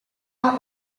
are